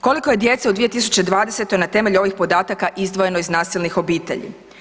Koliko je djece u 2020. na temelju ovih podataka izdvojeno iz nasilnih obitelji?